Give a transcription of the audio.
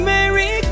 Merry